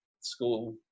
school